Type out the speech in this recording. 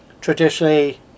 Traditionally